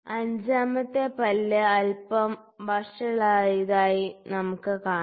അഞ്ചാമത്തെ പല്ല് അല്പം വഷളായതായി നമുക്ക് കാണാം